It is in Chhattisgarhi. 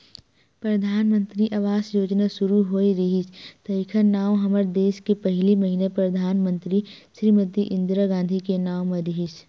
परधानमंतरी आवास योजना सुरू होए रिहिस त एखर नांव हमर देस के पहिली महिला परधानमंतरी श्रीमती इंदिरा गांधी के नांव म रिहिस